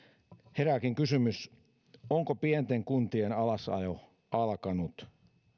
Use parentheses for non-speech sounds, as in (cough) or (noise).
herääkin kysymys onko pienten kuntien alasajo alkanut (unintelligible)